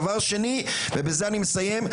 דבר שני ובזה אני מסיים,